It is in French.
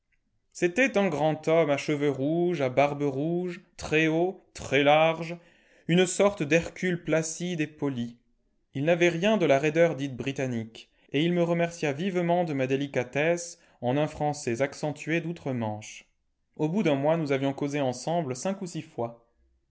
c'était un grand homme à cheveux rouges à barbe rouge très haut très large une sorte d'hercule placide et poh ii n'avait rien de la raideur dite britannique et il me remercia vivement de ma déhcatesse en un français accentué doutre manche au bout d'un mois nous avions causé ensemble cmq ou six fois